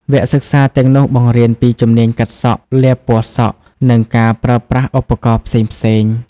វគ្គសិក្សាទាំងនោះបង្រៀនពីជំនាញកាត់សក់ លាបពណ៌សក់ និងការប្រើប្រាស់ឧបករណ៍ផ្សេងៗ។